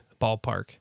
ballpark